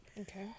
Okay